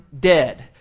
dead